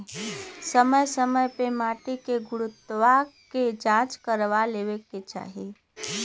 समय समय पे माटी के गुणवत्ता के जाँच करवा लेवे के चाही